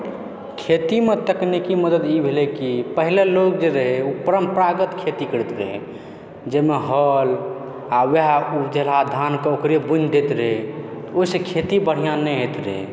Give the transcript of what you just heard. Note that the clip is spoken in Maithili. खेतीमे तकनीकी मदद ई भेलय कि पहिले लोग जे रहय ओ परम्परागत खेती करैत रहय जाहिमे हल आ वएह उपजेलहा धानके ओकरे बुनि दैत रहय ओहिसे खेती बढ़िआँ नहि होइत रहय